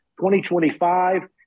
2025